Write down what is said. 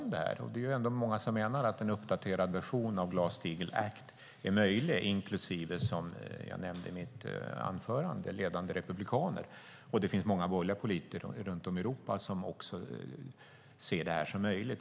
Det är många som menar att en uppdaterad version av Glass-Steagall Act är möjlig, däribland ledande republikaner. Det finns också många borgerliga politiker runt om i Europa som ser detta som möjligt.